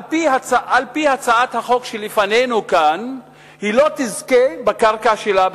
על-פי הצעת החוק שלפנינו כאן היא לא תזכה בקרקע שלה בחזרה.